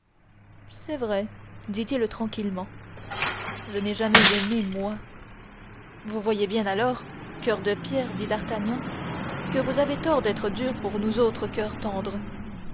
c'est vrai dit-il tranquillement je n'ai jamais aimé moi vous voyez bien alors coeur de pierre dit d'artagnan que vous avez tort d'être dur pour nous autres coeurs tendres